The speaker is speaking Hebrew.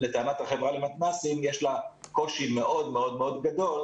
לטענת החברה למתנ"סים, יש לה קושי מאוד מאוד גדול